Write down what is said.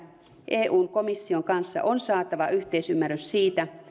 eu komission kanssa on saatava yhteisymmärrys siitä